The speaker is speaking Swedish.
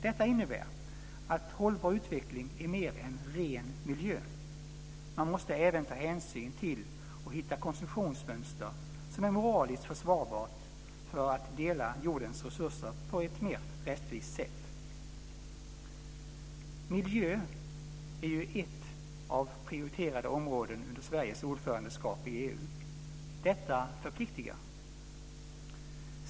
Detta innebär att en hållbar utveckling handlar om mer än ren miljö. Man måste även ta hänsyn till och hitta konsumtionsmönster som är moralistiskt försvarbara för att dela jordens resurser på ett mer rättvist sätt. Miljö är ju ett av tre prioriterade områden under Sveriges ordförandeskap i EU. Detta förpliktigar.